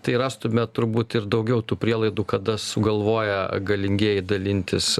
tai rastume turbūt ir daugiau tų prielaidų kada sugalvoję galingieji dalintis